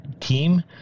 team